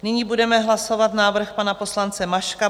Nyní budeme hlasovat návrh pana poslance Maška.